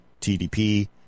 TDP